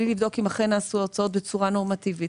בלי לבדוק אם אכן נעשו ההוצאות בצורה נורמטיבית.